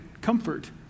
comfort